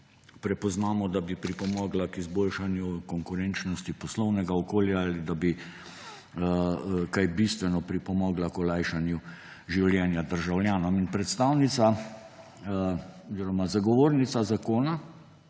prepoznamo, da bi pripomogla k izboljšanju konkurenčnosti poslovnega okolja ali da bi kaj bistveno pripomogla k olajšanju življenja državljanov. Predstavnica oziroma zagovornica zakona